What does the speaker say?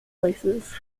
places